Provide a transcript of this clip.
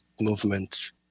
movement